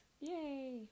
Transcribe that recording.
Yay